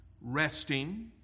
resting